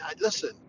listen